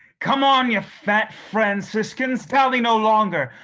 come on, you fat franciscans, dally no longer,